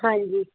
ਹਾਂਜੀ